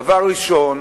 דבר ראשון,